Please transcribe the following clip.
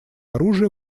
оружия